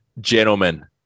gentlemen